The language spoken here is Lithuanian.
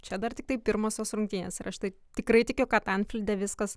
čia dar tiktai pirmosios rungtynės ir aš tai tikrai tikiu kad anfilde viskas